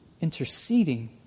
interceding